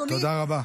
אדוני,